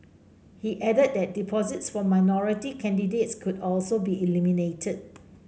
he added that deposits for minority candidates could also be eliminated